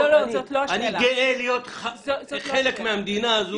אני גאה להיות חלק מהמדינה הזו,